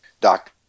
Doc